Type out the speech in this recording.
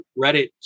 Reddit